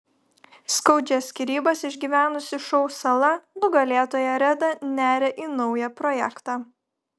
skaudžias skyrybas išgyvenusi šou sala nugalėtoja reda neria į naują projektą